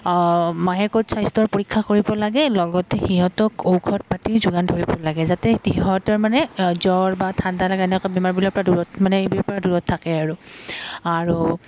মাহেকত স্বাস্থ্যৰ পৰীক্ষা কৰিব লাগে লগতে সিহঁতক ঔষধ পাতিৰ যোগান ধৰিব লাগে যাতে সিহঁতৰ মানে জ্বৰ বা ঠাণ্ডা এনেকুৱা বেমাৰবিলৰপৰা দূৰত মানে এইবোৰৰপৰা দূৰত থাকে আৰু আৰু